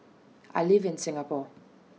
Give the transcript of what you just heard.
I live in Singapore